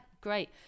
great